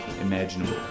imaginable